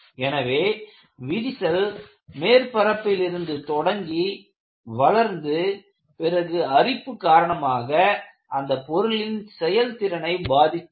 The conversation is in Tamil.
எனவே விரிசல் மேற்பரப்பிலிருந்து தொடங்கி வளர்ந்து பிறகு அரிப்பு காரணமாக அந்த பொருளின் செயல்திறனை பாதிக்கிறது